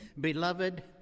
Beloved